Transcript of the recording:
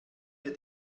wir